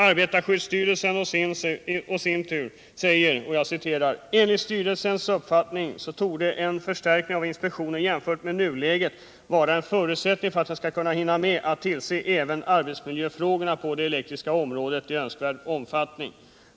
Arbetarskyddsstyrelsen å sin sida skriver: ”Enligt styrelsens uppfattning torde en förstärkning av inspektionen jämfört med nuläget vara en förutsättning för att den skall hinna med att tillse även arbetsmiljöfrågorna på det elektriska området i önskvärd omfattning.